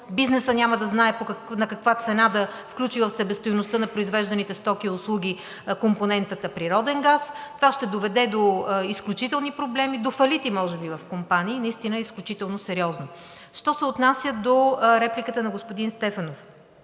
бизнесът няма да знае на каква цена да включи в себестойността на произвежданите стоки и услуги компонентата природен газ. Това ще доведе до изключителни проблеми. До фалити може би в компании. Наистина е изключително сериозно. Що се отнася до репликата на господин Стефанов.